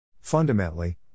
Fundamentally